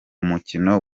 mukino